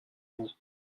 vous